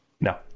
No